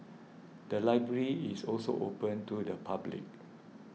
the library is also open to the public